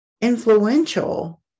influential